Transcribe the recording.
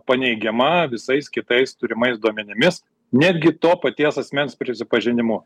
paneigiama visais kitais turimais duomenimis netgi to paties asmens prisipažinimu